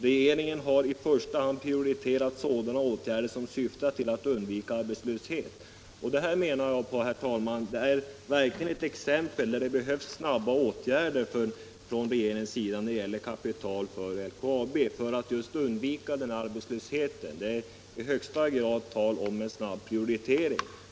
Regeringen har i första hand prioriterat sådana åtgärder som syftar till att undvika arbetslöshet.” Detta anser jag, herr talman, verkligen vara ett exempel på ett fall där det behövs snabba åtgärder från regeringens sida, just för att undvika arbetslöshet. Här är det i högsta grad fråga om en viktig prioritering.